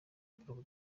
paul